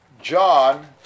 John